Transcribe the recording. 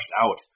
out